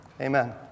Amen